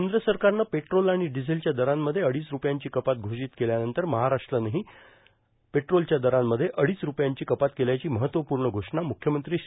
केंद्र सरकारनं पेट्रोल आणि डिझेलच्या दरांमध्ये अडीच रुपयांची कपात घोषित केल्यानंतर महाराष्ट्रानंही पेट्रोलच्या दरांमध्ये अडीच ठुपयांची कपात केल्याची महत्त्वपूर्ण घोषणा मुख्यमंत्री श्री